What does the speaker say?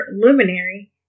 Luminary